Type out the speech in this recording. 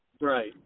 Right